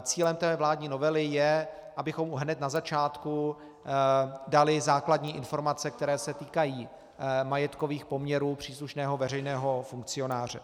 Cílem té vládní novely je, abychom hned na začátku dali základní informace, které se týkají majetkových poměrů příslušného veřejného funkcionáře.